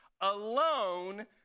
alone